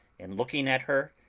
and looking at her,